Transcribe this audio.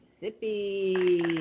Mississippi